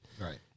right